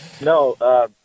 No